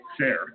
share